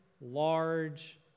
large